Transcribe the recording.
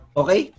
okay